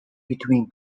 between